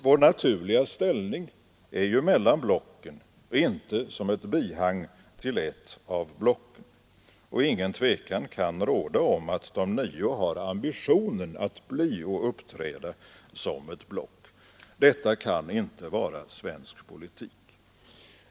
Vår naturliga ställning är ju mellan blocken och inte som ett bihang till ett av blocken. Ingen tvekan kan råda om att De nio har ambitionen att bli och uppträda som ett block. Detta kan inte vara svensk politik.